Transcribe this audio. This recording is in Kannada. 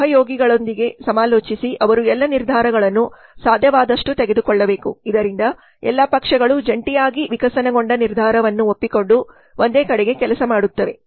ಸಹಯೋಗಿಗಳೊಂದಿಗೆ ಸಮಾಲೋಚಿಸಿ ಅವರು ಎಲ್ಲ ನಿರ್ಧಾರಗಳನ್ನು ಸಾಧ್ಯವಾದಷ್ಟು ತೆಗೆದುಕೊಳ್ಳಬೇಕು ಇದರಿಂದ ಎಲ್ಲಾ ಪಕ್ಷಗಳು ಜಂಟಿಯಾಗಿ ವಿಕಸನಗೊಂಡ ನಿರ್ಧಾರವನ್ನು ಒಪ್ಪಿಕೊಂಡು ಒಂದೇ ಕಡೆಗೆ ಕೆಲಸ ಮಾಡುತ್ತವೆ